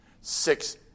Six